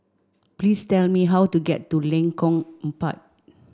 please tell me how to get to Lengkong Empat